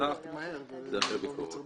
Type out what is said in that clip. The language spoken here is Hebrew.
לגבי רשם